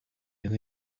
who